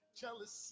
jealousy